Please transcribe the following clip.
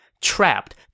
Trapped